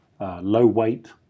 low-weight